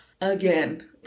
again